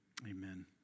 Amen